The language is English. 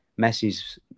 Messi's